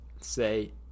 say